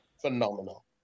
phenomenal